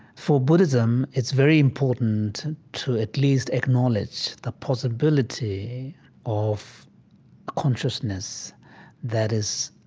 for buddhism, it's very important to at least acknowledge the possibility of consciousness that is